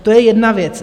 To je jedna věc.